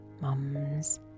Mum's